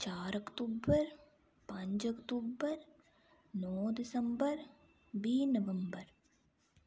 चार अक्तूबर पंज अक्तूबर नौ दिसम्बर बीह् नबम्बर